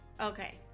Okay